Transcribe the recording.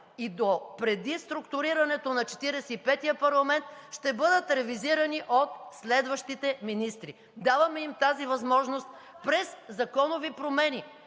и допреди структурирането на Четиридесет и петия парламент, ще бъдат ревизирани от следващите министри. Даваме им тази възможност през законови промени.